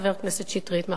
חבר הכנסת שטרית,